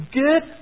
good